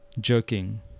jerking